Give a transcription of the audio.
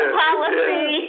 policy